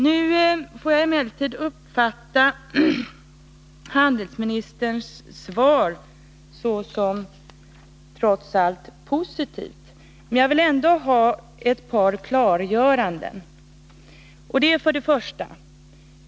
Nu får jag emellertid uppfatta handelsministerns svar såsom trots allt positivt. Men jag vill ändå ha ett par klarlägganden. 1.